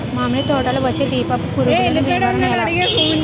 మామిడి తోటలో వచ్చే దీపపు పురుగుల నివారణ ఎలా?